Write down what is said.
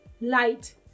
light